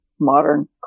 modern